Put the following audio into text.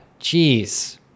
Jeez